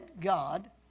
God